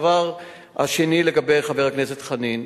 הדבר השני, חבר הכנסת חנין,